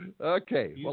Okay